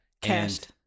Cast